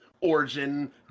Origin